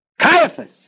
Caiaphas